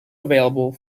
available